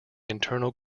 internal